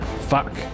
Fuck